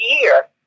year